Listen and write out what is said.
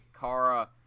Kara